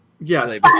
Yes